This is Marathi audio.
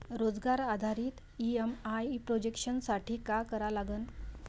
रोजगार आधारित ई.एम.आय प्रोजेक्शन साठी का करा लागन?